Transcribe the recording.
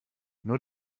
nur